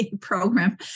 program